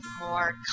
more